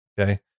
Okay